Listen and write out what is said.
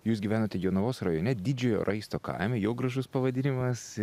jūs gyvenate jonavos rajone didžiojo raisto kaime jau gražus pavadinimas